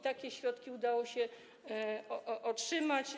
Takie środki udało się otrzymać.